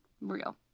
real